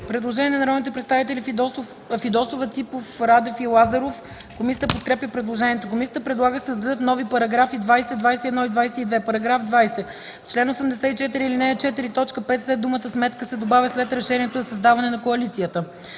Предложение на народните представители Фидосова, Ципов, Радев и Лазаров. Комисията подкрепя предложението. Комисията предлага да се създадат нови параграфи 20, 21 и 22: „§ 20. В чл. 84, ал. 4, т. 5 след думата „сметка” се добавя „след решението за създаване на коалицията”.